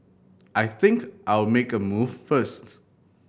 I think I'll make a move first